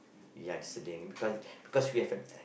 ya listening because because we have a